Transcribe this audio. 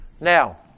Now